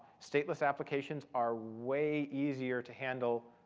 stateless applications are way easier to handle.